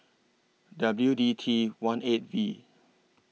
W D T one eight V